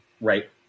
Right